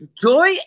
Joy